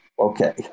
Okay